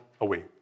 away